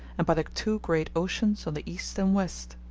and by the two great oceans on the east and west.